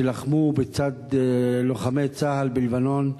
שלחמו לצד לוחמי צה"ל בלבנון,